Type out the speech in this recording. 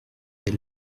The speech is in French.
des